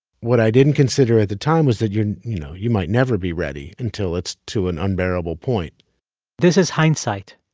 what i didn't consider at the time was that, you you know, you might never be ready until it's to an unbearable point this is hindsight.